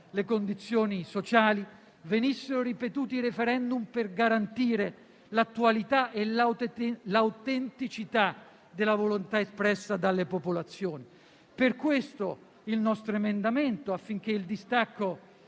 le condizioni sociali, venissero ripetuti i *referendum*, per garantire l'attualità e l'autenticità della volontà espressa dalle popolazioni. Per questo abbiamo presentato il nostro emendamento, affinché il distacco